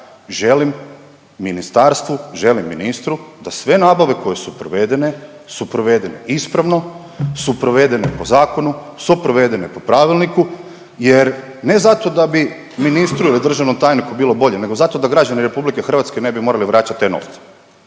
želim ministarstvu, želim ministru da sve nabave koje su provedene su provedene ispravno, su provedene po zakonu, su provedene po pravilniku jer ne zato da bi ministru ili državnom tajniku bilo bolje nego zato da građani RH ne bi morali vraćat te novce,